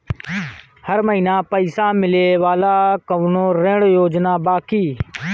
हर महीना पइसा मिले वाला कवनो ऋण योजना बा की?